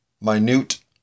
minute